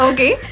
Okay